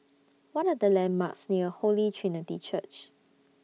What Are The landmarks near Holy Trinity Church